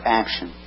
action